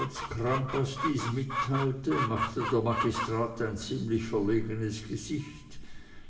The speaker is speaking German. als crampas das mitteilte machte der magistrat ein ziemlich verlegenes gesicht